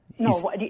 No